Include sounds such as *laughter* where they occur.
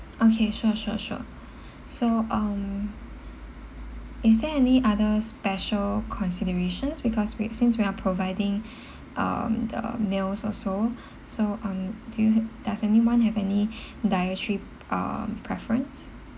okay sure sure sure so um is there any other special considerations because we since we are providing *breath* um the meals also so um do you does anyone have any *breath* dietary uh preference